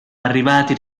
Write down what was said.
arrivati